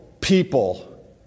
people